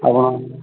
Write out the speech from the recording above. ଆପଣ